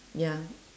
ya